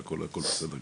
הכול בסדר גמור,